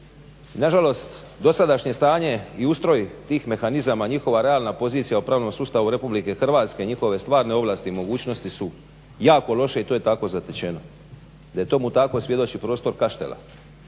na žalost dosadašnje stanje i ustroj tih mehanizama, njihova realna pozicija u pravnom sustavu Republike Hrvatske, njihove stvarne ovlasti i mogućnosti su jako loše i to je tako zatečeno. Da je tome tako svjedoči prostor Kaštela